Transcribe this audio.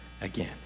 again